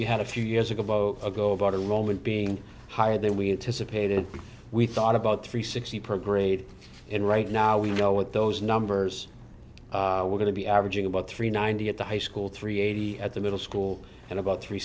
we had a few years ago ago about a roman being higher than we anticipated we thought about three sixty per grade and right now we know what those numbers were going to be averaging about three ninety at the high school three eighty at the middle school and about three